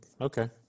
Okay